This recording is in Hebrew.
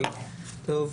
אנחנו